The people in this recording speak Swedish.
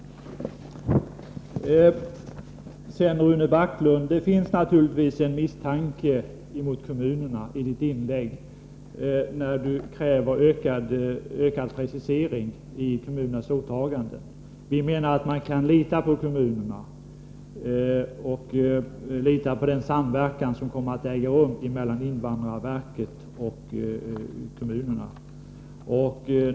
I Rune Backlunds inlägg finns naturligtvis en misstro mot kommunerna, när han kräver ökad precisering i fråga om deras åtaganden. Vi menar att man kan lita på kommunerna och på den samverkan som kommer att äga rum mellan invandrarverket och kommunerna.